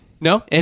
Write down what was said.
No